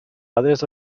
others